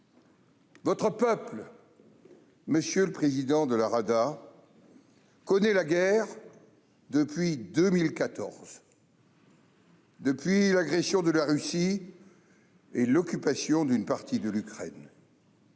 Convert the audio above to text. Votre peuple, monsieur le président de la Rada, connaît la guerre depuis 2014, depuis l'agression de la Russie et l'occupation d'une partie de l'Ukraine,